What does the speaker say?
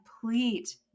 complete